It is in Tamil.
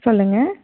சொல்லுங்கள்